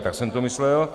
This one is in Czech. Tak jsem to myslel.